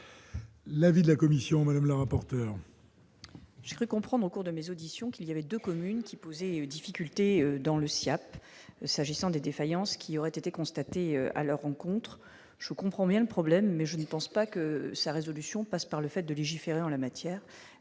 L'avis de la commission Madame le rapporteur.